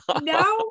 Now